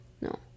No